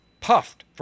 Puffed